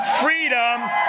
Freedom